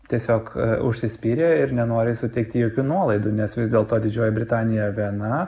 tiesiog užsispyrę ir nenori suteikti jokių nuolaidų nes vis dėlto didžioji britanija viena